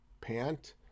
pant